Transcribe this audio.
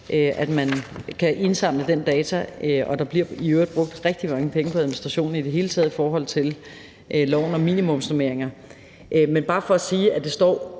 så man kan indsamle de data. Og der bliver i øvrigt brugt rigtig mange penge på administration i forhold til loven om minimumsnormeringer. Men det er bare for at sige, at det står